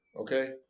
Okay